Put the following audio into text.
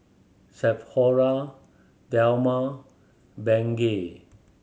Sephora Dilmah Bengay